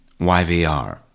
YVR